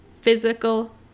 physical